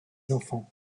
enfants